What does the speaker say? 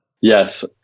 yes